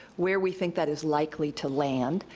where we think that is likely to land,